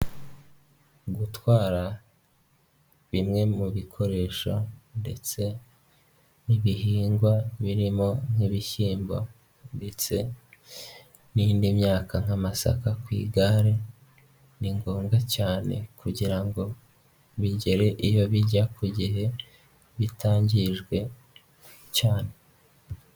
Gutwara bimwe mu bikoresho ndetse ibihingwa birimo nk'ibishyimbo ndetse n'indi myaka nk'amasaka ku igare, ni ngombwa cyane kugira ngo bigere iyo bijya ku gihe, bitangijwe cyane.